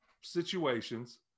situations